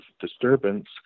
disturbance